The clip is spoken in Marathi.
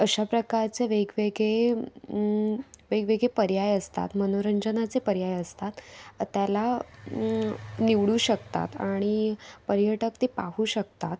अशा प्रकारचे वेगवेगळे वेगवेगळे पर्याय असतात मनोरंजनाचे पर्याय असतात त्याला निवडू शकतात आणि पर्यटक ते पाहू शकतात